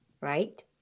right